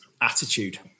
attitude